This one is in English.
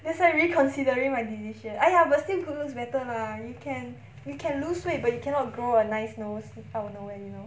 that's why reconsidering my decision !aiya! but still good looks better lah you can you can lose weight but you cannot grow a nice nose out of nowhere you know